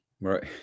Right